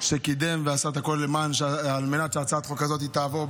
שקידם ועשה את הכול על מנת שהצעת החוק הזאת תעבור בהקדם,